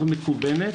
במערכת מקוונת,